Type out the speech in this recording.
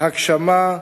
הגשמה,